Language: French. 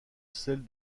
celle